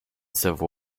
civil